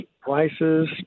prices